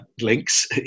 links